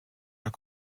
were